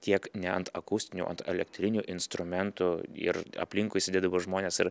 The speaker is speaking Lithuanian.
tiek ne ant akustinių o ant elektrinių instrumentų ir aplinkui sėdėdavo žmonės ir